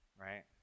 right